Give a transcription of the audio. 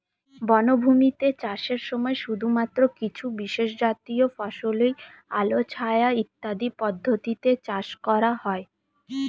বনভূমিতে চাষের সময় শুধুমাত্র কিছু বিশেষজাতীয় ফসলই আলো ছায়া ইত্যাদি পদ্ধতিতে চাষ করা হয়